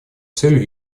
целью